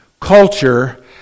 culture